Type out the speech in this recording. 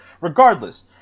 Regardless